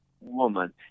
woman